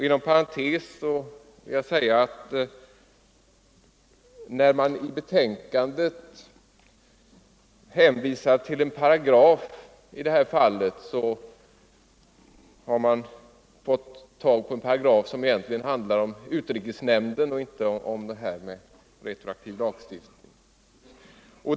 Inom parentes vill jag säga att när man i betänkandet hänvisar till en paragraf i det här fallet, har man fått tag på en paragraf som handlar om utrikesnämnden och inte på något sätt berör retroaktiv lagstiftning.